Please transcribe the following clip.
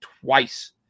twice